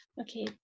Okay